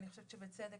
אני חושבת שבצדק,